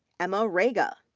emma wrege, and